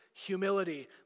humility